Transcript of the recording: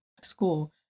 school